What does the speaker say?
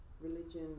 Religion